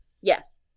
Yes